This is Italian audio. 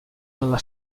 dalla